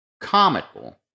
comical